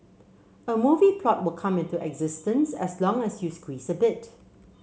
a movie plot will come into existence as long as you squeeze a bit